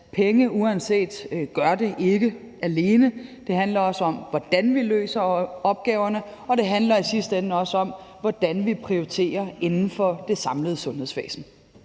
hvad ikke gør det alene. For det handler også om, hvordan vi løser opgaverne, og det handler i sidste ende også om, hvordan vi prioriterer inden for det samlede sundhedsvæsen.